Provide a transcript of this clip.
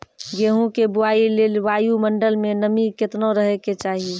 गेहूँ के बुआई लेल वायु मंडल मे नमी केतना रहे के चाहि?